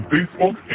Facebook